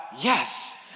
yes